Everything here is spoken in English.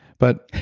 but,